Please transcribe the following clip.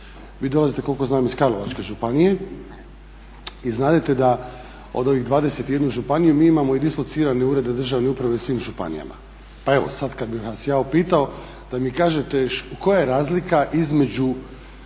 Vi dolazite koliko znam iz Karlovačke županije i znadete da od ovih 21 županije mi imamo dislocirane urede državne uprave u svim županijama. Pa evo sada kada bih vas upitao da mi kažete koja je razlika između